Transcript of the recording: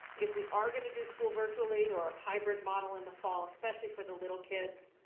if we are gonna do school virtually or hybrid model in the fall, especially for the little kids,